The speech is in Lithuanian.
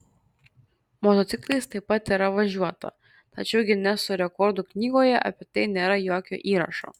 motociklais taip pat yra važiuota tačiau gineso rekordų knygoje apie tai nėra jokio įrašo